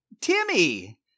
Timmy